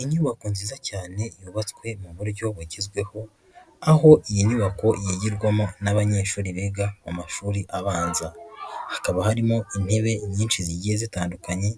Inyubako nziza cyane yubatswe mu buryo bugezweho aho iyi nyubako yigirwamo n'abanyeshuri biga mu mashuri abanza, hakaba harimo intebe nyinshi zigiye zitandukanye,